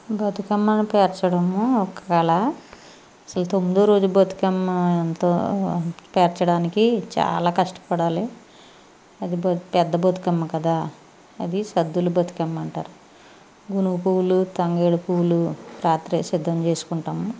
బతుకమ్మను పేర్చడము ఒక కళ అసలు తొమ్మిదో రోజు బతుకమ్మ ఎంతో పేర్చడానికి చాలా కష్టపడాలి అది బ పెద్ద బతుకమ్మ కదా అది సద్దుల బతుకమ్మంటారు గునుగు పూవులు తంగిడి పూవులు రాత్రే సిద్ధం చేసుకుంటాం